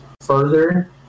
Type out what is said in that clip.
further